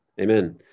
Amen